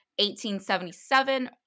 1877